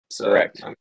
Correct